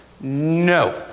no